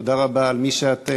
תודה רבה על מי שאתם,